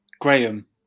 Graham